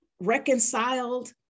reconciled